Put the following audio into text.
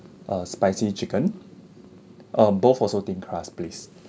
a spicy chicken uh both also thin crust please